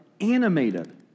animated